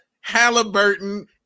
Halliburton